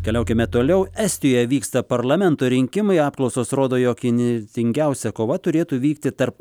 keliaukime toliau estijoj vyksta parlamento rinkimai apklausos rodo jog įnirtingiausia kova turėtų vykti tarp